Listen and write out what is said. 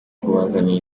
kubazanira